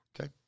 Okay